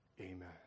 amen